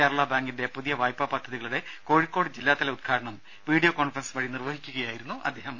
കേരള ബാങ്കിന്റെ പുതിയ വായ്പാപദ്ധതികളുടെ കോഴിക്കോട് ജില്ലാതല ഉദ്ഘാടനം വീഡിയോ കോൺഫറൻസ് വഴി നിർവഹിക്കുകയായിരുന്നു അദ്ദേഹം